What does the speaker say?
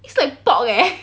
looks like pork eh